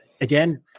again